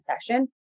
session